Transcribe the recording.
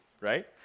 Right